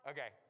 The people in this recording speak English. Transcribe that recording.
Okay